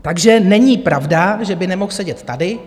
Takže není pravda, že by nemohl sedět tady.